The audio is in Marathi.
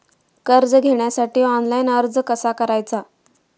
कर्ज घेण्यासाठी ऑनलाइन अर्ज कसा करायचा?